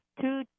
two